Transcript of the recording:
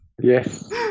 Yes